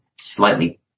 slightly